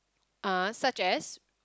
uh such as